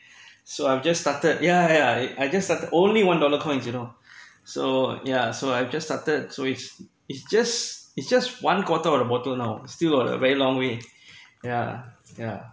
so I've just started yeah yeah I've just started only one dollar coins you know so yeah so I've just started so it's it's just it's just one quarter of the bottle now still all the very long way yeah yeah